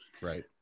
Right